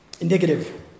Indicative